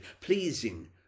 pleasing